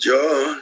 John